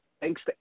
thanks